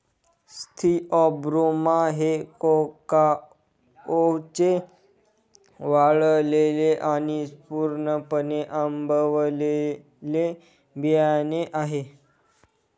Theobroma हे कोकाओचे वाळलेले आणि पूर्णपणे आंबवलेले बियाणे आहे